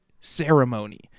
Ceremony